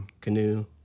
canoe